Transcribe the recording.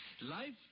Life